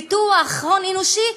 פיתוח הון אנושי,